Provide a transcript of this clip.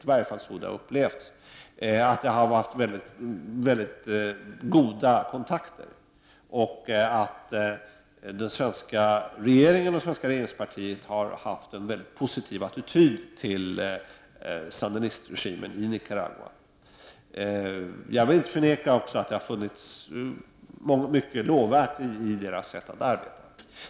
Det har åtminstone upplevts som att regeringspartiet har haft mycket goda kontakter och en mycket positiv attityd till sandinistregimen i Nicaragua. Jag vill inte förneka att det också har funnits mycket lovvärt i dess sätt att arbeta.